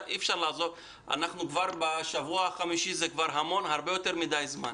אנחנו כבר בשבוע החמישי, זה הרבה יותר מידי זמן.